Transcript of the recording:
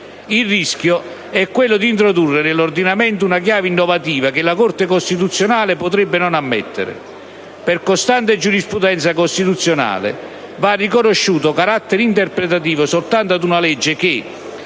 Il rischio è quello di introdurre nell'ordinamento una chiave innovativa che la Corte costituzionale potrebbe non ammettere. Per costante giurisprudenza costituzionale va riconosciuto carattere interpretativo soltanto ad una legge che,